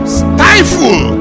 stifle